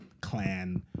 clan